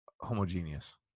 Homogeneous